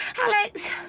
Alex